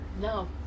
No